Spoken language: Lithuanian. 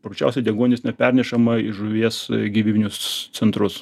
paprasčiausiai deguonis nepernešama į žuvies gyvybinius centrus